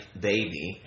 baby